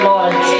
Lord